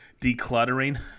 decluttering